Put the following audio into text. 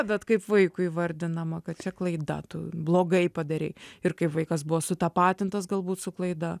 bet kaip vaikui įvardinama kad čia klaida tu blogai padarei ir kaip vaikas buvo sutapatintas galbūt su klaida